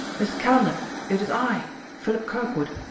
miss calendar, it is i philip kirkwood!